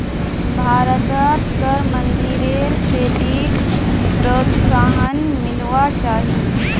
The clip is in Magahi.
भारतत तरमिंदेर खेतीक प्रोत्साहन मिलवा चाही